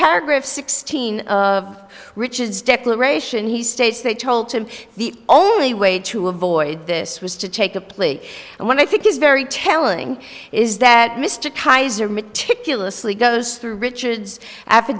paragraph sixteen of richard's declaration he states they told him the only way to avoid this was to take a plea and when i think is very telling is that mr kaiser meticulously goes through richard's af